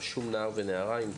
רשום נער או נערה?